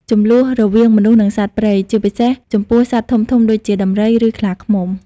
ជម្លោះរវាងមនុស្ស និងសត្វព្រៃ ជាពិសេសចំពោះសត្វធំៗដូចជាដំរី ឬខ្លាឃ្មុំ។